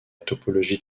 topologie